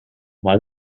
mal